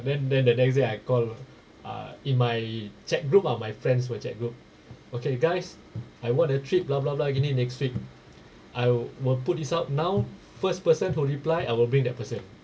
then then the next day I call uh in my chat group ah my friends wha~ chat group okay guys I won a trip blah blah blah gini next week I will put this out now first person who reply I will bring that person